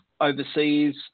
overseas